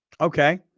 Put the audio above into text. Okay